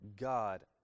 God